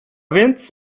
więc